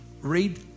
read